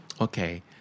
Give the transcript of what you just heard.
Okay